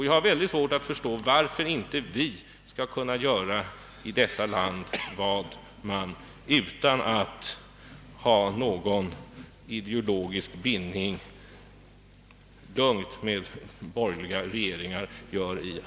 Jag har väldigt svårt att förstå varför vi inte i detta land skall kunna göra vad man utan någon ideologisk betänklighet lugnt gör i länder med borgerliga regeringar.